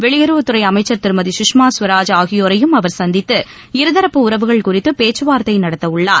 வெளியுறவுத்துறை அமைச்சர் திருமதி கஷ்மா ஸ்வராஜ் ஆகியோரையும் அவர் சந்தித்து இருதரப்பு உறவுகள் குறித்து பேச்சுவார்த்தை நடத்த உள்ளார்